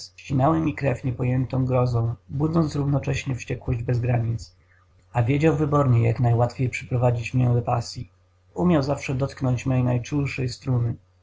ścinały mi krew niepojętą grozą budząc równocześnie wściekłość bez granic a wiedział wybornie jak najłatwiej przyprowadzić mię do pasyi umiał zawsze dotknąć mej najczulszej struny